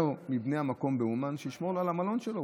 מבני המקום באומן שישמור לו על המלון שלו.